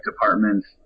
departments